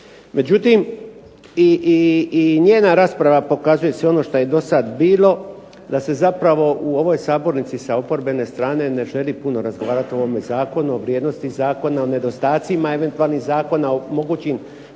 Međutim, i njena rasprava pokazuje sve ono što je dosad bilo, da se zapravo u ovoj sabornici sa oporbene strane ne želi puno razgovarat o ovome zakonu, o vrijednosti zakona, o nedostacima eventualnim zakona, o mogućim